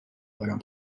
برم